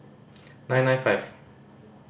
nine nine five